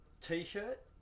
T-shirt